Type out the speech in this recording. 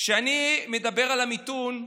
כשאני מדבר על המיתון,